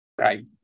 Right